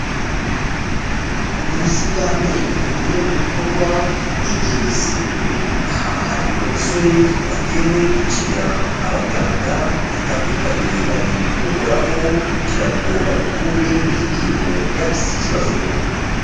Ubuvuzi bw'amenyo ni bumwe mu bukorwa higengeserewe, aha hari umusore watewe ikinya, abaganga batandukanye bari kumukoraho kugira ngo bamukure iryinyo ryagize ikibazo.